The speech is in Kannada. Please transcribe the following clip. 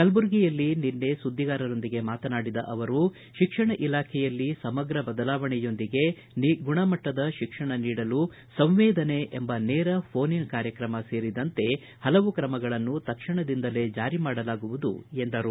ಕಲಬುರ್ಗಿಯಲ್ಲಿ ನಿನ್ನೆ ಸುದ್ದಿಗಾರರೊಂದಿಗೆ ಮಾತನಾಡಿದ ಅವರು ಶಿಕ್ಷಣ ಇಲಾಖೆಯಲ್ಲಿ ಸಮಗ್ರ ಬದಲಾವಣೆಯೊಂದಿಗೆ ಗುಣಮಟ್ಟದ ಶಿಕ್ಷಣ ನೀಡಲು ಸಂವೇದನೆ ಎಂಬ ನೇರ ಫೋನ್ ಇನ್ ಕಾರ್ಯಕ್ರಮ ಸೇರಿದಂತೆ ಪಲವು ತ್ರಮಗಳನ್ನು ತಕ್ಷಣದಿಂದಲೇ ಜಾರಿ ಮಾಡಲಾಗುವುದು ಎಂದರು